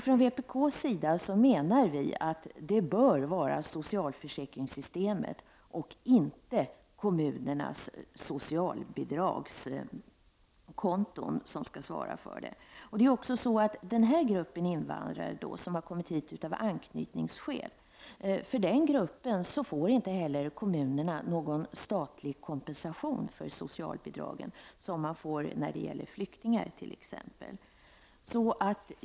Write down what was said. Från vpk:s sida menar vi att det bör vara socialförsäkringssystemet och inte kommunernas socialbidragskonton som skall belastas. För den här gruppen invandrare, som alltså kommit hit av anknytningsskäl, får kommunerna inte heller någon statlig kompensation för socialbidragen, vilket de får när det gäller flyktingar t.ex.